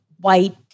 white